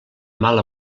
mala